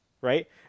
right